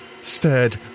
stared